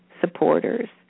supporters